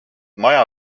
maja